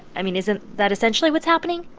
i mean, isn't that essentially what's happening?